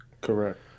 Correct